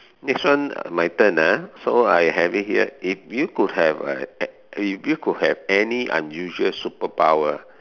next one my turn ah so I have it here if you could have a if you could have any unusual superpower